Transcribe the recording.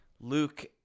Luke